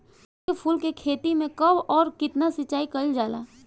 गेदे के फूल के खेती मे कब अउर कितनी सिचाई कइल जाला?